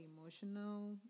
emotional